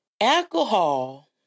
Alcohol